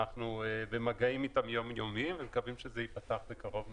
אנחנו במגעים יום-יומיים איתם ומקווים שזה ייפתח בקרוב מאוד.